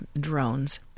drones